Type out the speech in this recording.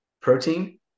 protein